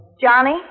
Johnny